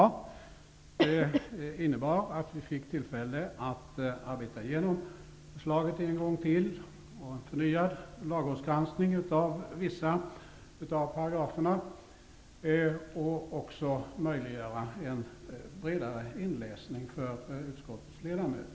Det innebar att vi fick tillfälle att arbeta igenom förslaget ännu en gång. Det blev en förnyad lagrådsgranskning av vissa paragrafer, och en bredare inläsning möjliggjordes för utskottets ledamöter.